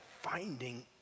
finding